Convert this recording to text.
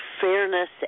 fairness